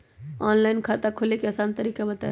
Online खाता खोले के आसान तरीका बताए?